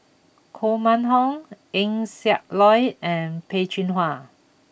Koh Mun Hong Eng Siak Loy and Peh Chin Hua